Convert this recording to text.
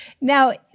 Now